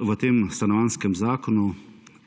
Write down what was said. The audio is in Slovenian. v tem stanovanjskem zakonu